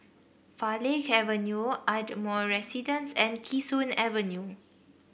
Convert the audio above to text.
Farleigh Avenue Ardmore Residence and Kee Sun Avenue